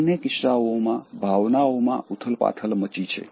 બંને કિસ્સાઓમાં ભાવનાઓમાં ઉથલપાથલ મચી છે